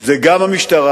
זה גם המשטרה,